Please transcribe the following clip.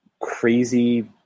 crazy